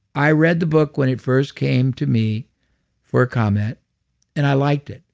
i read the book when it first came to me for a comment and i liked it.